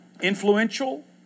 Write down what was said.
influential